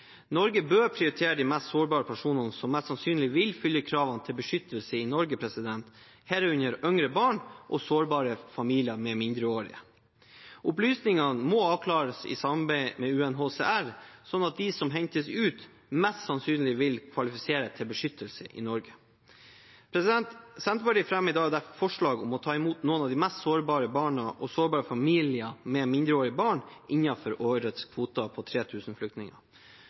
Norge bør prioritere de mest sårbare personene som mest sannsynlig vil fylle kravene til beskyttelse i Norge, herunder yngre barn og sårbare familier med mindreårige. Opplysningene må avklares i samarbeid med UNHCR, slik at de som hentes ut, mest sannsynlig vil kvalifisere til beskyttelse i Norge. Senterpartiet fremmer i dag derfor forslag om å ta imot noen av de mest sårbare barna og sårbare familier med mindreårige barn, innenfor årets kvote på 3 000 flyktninger.